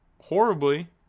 horribly